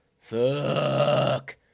Fuck